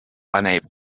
unable